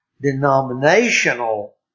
denominational